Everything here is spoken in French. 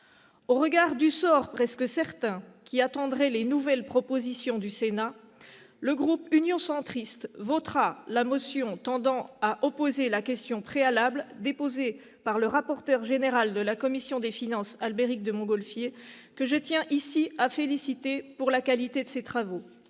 Au regard du sort presque certain qui attendrait les nouvelles propositions du Sénat, le groupe Union Centriste votera la motion tendant à opposer la question préalable déposée par le rapporteur général de la commission des finances, Albéric de Montgolfier, que je tiens ici à féliciter pour la qualité de ses travaux.